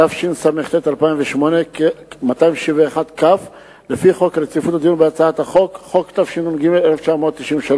התשס"ט 2008. ימסור את הבקשה יושב-ראש